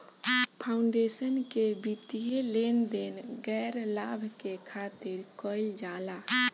foundation के वित्तीय लेन देन गैर लाभ के खातिर कईल जाला